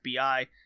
FBI